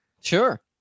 Sure